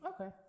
okay